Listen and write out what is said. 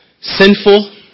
sinful